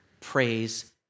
praise